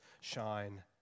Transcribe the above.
shine